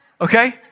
Okay